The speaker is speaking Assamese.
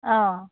অঁ